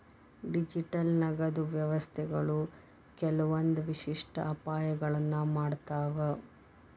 digital ನಗದು ವ್ಯವಸ್ಥೆಗಳು ಕೆಲ್ವಂದ್ ವಿಶಿಷ್ಟ ಅಪಾಯಗಳನ್ನ ಮಾಡ್ತಾವ